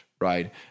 right